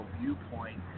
viewpoint